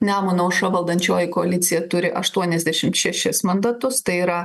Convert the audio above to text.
nemuno aušra valdančioji koalicija turi aštuoniasdešimt šešis mandatus tai yra